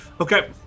Okay